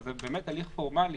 זה באמת הליך פורמלי